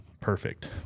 perfect